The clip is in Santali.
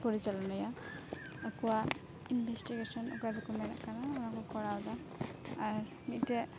ᱯᱚᱨᱤᱪᱟᱞᱚᱱᱟᱭᱟ ᱟᱠᱚᱣᱟᱜ ᱤᱱᱵᱷᱮᱥᱴᱤᱜᱮᱥᱚᱱ ᱚᱠᱟᱫᱚ ᱠᱚ ᱢᱮᱱᱮᱫ ᱠᱟᱱᱟ ᱚᱱᱟᱠᱚ ᱠᱚᱨᱟᱣᱫᱟ ᱟᱨ ᱢᱤᱫᱴᱮᱱ